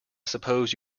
suppose